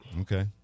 Okay